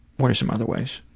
what are some other ways?